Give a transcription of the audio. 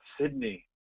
Sydney